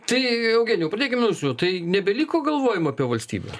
tai eugenijau pradėkim nuo jūsų tai nebeliko galvojimo apie valstybę